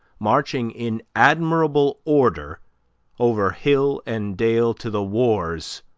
marching in admirable order over hill and dale to the wars,